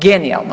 Genijalno.